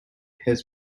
his